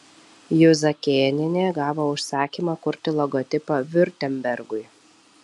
juzakėnienė gavo užsakymą kurti logotipą viurtembergui